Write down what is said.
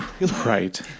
Right